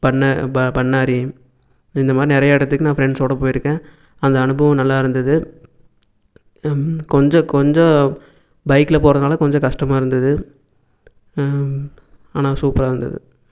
பண்ண ப பண்ணாரி இந்தமாதிரி நிறைய இடத்துக்கு நான் ஃப்ரெண்ட்ஸோடு போயிருக்கேன் அந்த அனுபவம் நல்லா இருந்தது கொஞ்சம் கொஞ்சம் பைக்கில் போகிறதுனால கொஞ்சம் கஷ்டமாக இருந்தது ஆனால் சூப்பராக இருந்தது